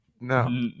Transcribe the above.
No